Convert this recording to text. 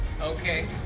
Okay